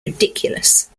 ridiculous